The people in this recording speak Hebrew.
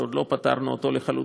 שעוד לא פתרנו אותו לחלוטין,